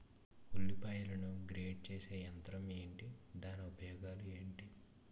ఉల్లిపాయలను గ్రేడ్ చేసే యంత్రం ఏంటి? దాని ఉపయోగాలు ఏంటి?